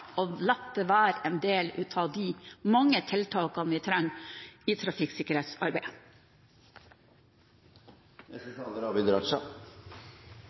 og la det være et av de mange tiltakene vi trenger i trafikksikkerhetsarbeidet. Venstre er